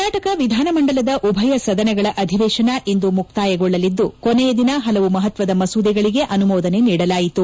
ಕರ್ನಾಟಕ ವಿಧಾನಮಂಡಲದ ಉಭಯ ಸದನಗಳ ಅಧಿವೇಶನ ಇಂದು ಮುಕ್ತಾಯಗೊಳ್ಳಲಿದ್ದು ಕೊನೆಯ ದಿನ ಪಲವು ಮಹತ್ವದ ಮಸೂದಗಳಿಗೆ ಅನುಮೋದನೆ ನೀಡಲಾಯಿತು